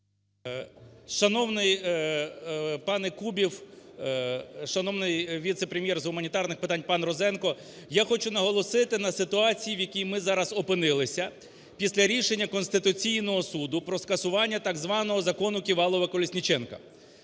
Шановний пане Кубів, шановний віце-прем'єр з гуманітарних питань панРозенко! Я хочу наголосити на ситуації, в якій ми зараз опинилися після рішення Конституційного Суду про скасування так званого "закону Ківалова-Колесніченка".